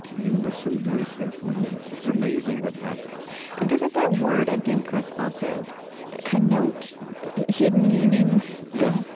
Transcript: you listen very carefully and it's amazing what happens and doesn't that word adinkras also connote hidden meanings? yes.